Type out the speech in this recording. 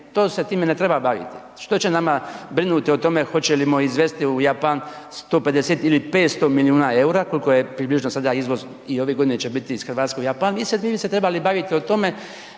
To se time ne treba baviti. Što će nama brinuti o tome hoćemo li izvesti u Japan 150 ili 500 milijuna EUR-a koliko je približno sada izvoz i ove godine će biti u Japan i sa time bi se trebali baviti o tome